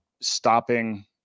stopping